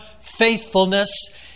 faithfulness